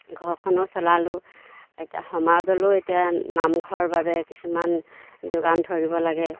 ঘৰখনো চলালোঁ এতিয়া সমাজলৈও এতিয়া নামঘৰৰ বাবে কিছুমান যোগান ধৰিব লাগে